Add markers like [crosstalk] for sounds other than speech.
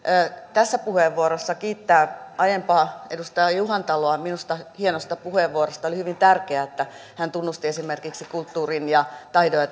tässä puheenvuorossa kiittää edustaja juhantaloa minusta hienosta puheenvuorostaan oli hyvin tärkeää että hän tunnusti kulttuurin ja taito ja [unintelligible]